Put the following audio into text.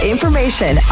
information